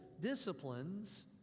disciplines